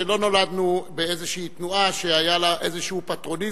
שלא נולדנו באיזושהי תנועה שהיה לה איזשהו פטרוניזם,